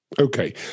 Okay